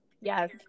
Yes